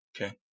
Okay